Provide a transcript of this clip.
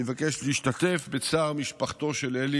אני מבקש להשתתף בצער משפחתו של אלי